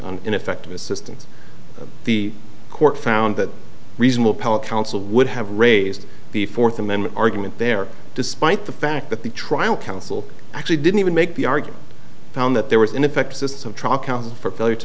on ineffective assistance the court found that reasonable pellet counsel would have raised the fourth amendment argument there despite the fact that the trial counsel actually didn't even make the argument found that there was in effect a system t